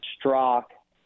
Strock